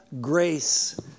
grace